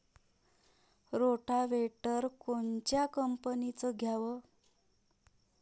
Rotavator कोनच्या कंपनीचं घ्यावं?